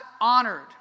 honored